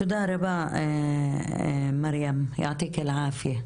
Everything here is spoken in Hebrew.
תודה רבה לך מרים, תהיי בריאה.